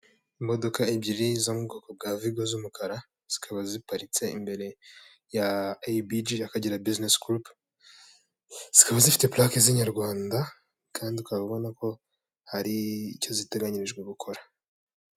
Imodoka ebyiri zo mu bwoko bwa Vigo z'umukara, zikaba ziparitse imbere ya ABG Akagera Business Group. Zikaba zifite parake z'Inyarwanda kandi ukaba ubona ko hari icyo ziteganyirijwe gukora.